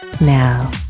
Now